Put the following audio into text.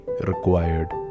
required